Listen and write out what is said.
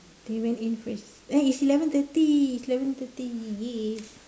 they went in first eh it's eleven thirty it's eleven thirty !yay!